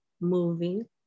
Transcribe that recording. moving